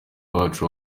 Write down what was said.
wacu